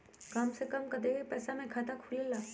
कम से कम कतेइक पैसा में खाता खुलेला?